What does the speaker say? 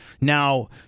Now